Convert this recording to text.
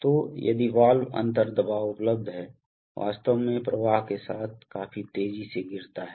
तो यदि वाल्व अंतर दबाव उपलब्ध है वास्तव में प्रवाह के साथ काफी तेजी से गिरता है